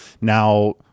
Now